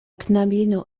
knabino